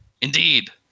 Indeed